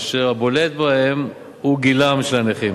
אשר הבולט בהם הוא גילם של הנכים,